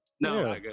No